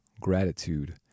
gratitude